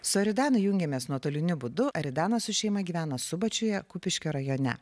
su aridanu jungiamės nuotoliniu būdu aridanas su šeima gyvena subačiuje kupiškio rajone